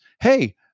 hey